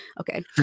okay